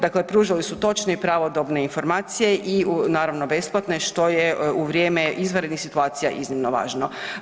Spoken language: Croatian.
Dakle, pružali su točne i pravodobne informacije i naravno besplatne što je u vrijeme izvanrednih situacija iznimno važno.